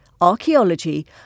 archaeology